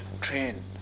train